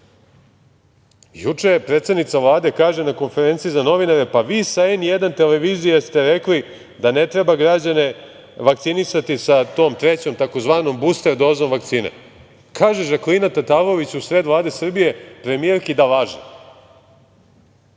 Juče predsednica Vlade kaže na konferencija za novinare – pa, vi sa N1 televizije ste rekli da ne treba građane vakcinisati sa tom trećom, tzv. buster dozom vakcina. Kaže, Žaklina Tatalović u sred Vlade Srbije premijerki da laže.